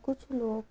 کچھ لوگ